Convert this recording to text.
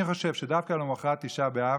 אני חושב שדווקא למוחרת תשעה באב,